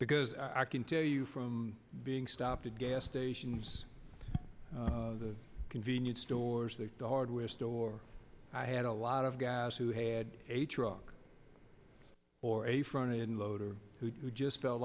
because i can tell you from being stopped at gas stations the convenience stores there to hardware store i had a lot of guys who had a truck or a front end loader who would just felt